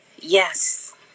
Yes